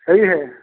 सही है